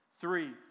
Three